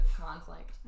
conflict